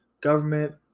government